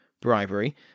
bribery